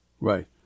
Right